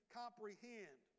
comprehend